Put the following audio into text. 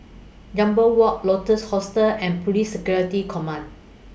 Jambol Walk Lotus Hostel and Police Security Command